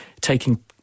taking